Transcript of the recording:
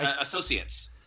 associates